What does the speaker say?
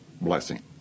blessing